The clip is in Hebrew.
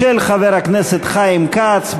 של חבר הכנסת חיים כץ,